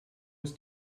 ist